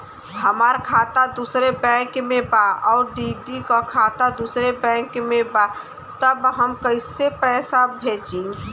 हमार खाता दूसरे बैंक में बा अउर दीदी का खाता दूसरे बैंक में बा तब हम कैसे पैसा भेजी?